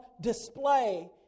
display